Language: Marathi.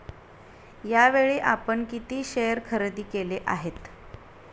यावेळी आपण किती शेअर खरेदी केले आहेत?